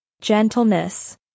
gentleness